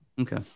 Okay